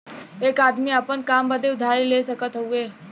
एक आदमी आपन काम बदे उधारी ले सकत हउवे